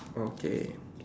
okay